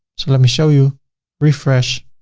so let me show you refresh.